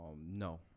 no